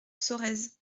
sorèze